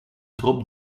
drop